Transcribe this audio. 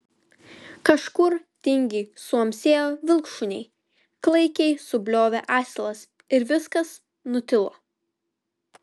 kažkur tingiai suamsėjo vilkšuniai klaikiai subliovė asilas ir viskas nutilo